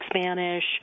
Spanish